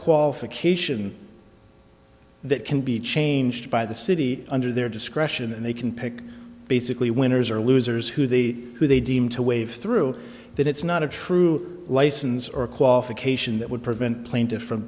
qualification that can be changed by the city under their discretion and they can pick basically winners or losers who the who they deem to wade through that it's not a true license or qualification that would prevent plaintiff